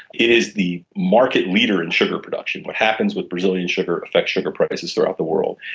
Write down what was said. it is the market leader in sugar production what happens with brazilian sugar effects sugar prices throughout the world.